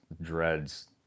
dreads